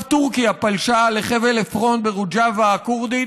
עכשיו טורקיה פלשה לחבל אפרין ברוג'בה הכורדית,